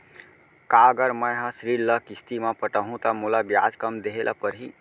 का अगर मैं हा ऋण ल किस्ती म पटाहूँ त मोला ब्याज कम देहे ल परही?